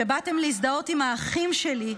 שבאתם --- להזדהות עם האחים שלי,